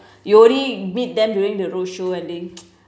you only meet them during the roadshow I think